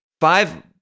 five